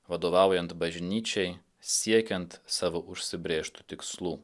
vadovaujant bažnyčiai siekiant savo užsibrėžtų tikslų